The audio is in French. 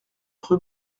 rue